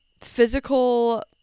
physical